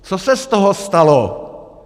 Co se z toho stalo?